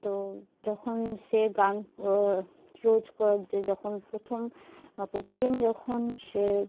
তো যখন সে গান রোজ কর যে যখন প্রথম প্রতিদিন যখন সে